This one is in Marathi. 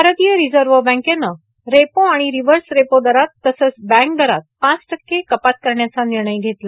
भारतीय रिझर्व्ह बँकेनं रेपो आणि रिवर्स रेपो दरात तसंच बँक दरात पाव टक्के कपात करण्याचा निर्णय घेतला